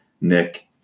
Nick